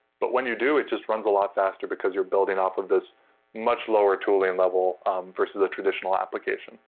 but when you do, it just runs a lot faster because you're building off of this much lower tooling level versus a traditional application.